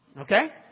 Okay